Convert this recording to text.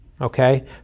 Okay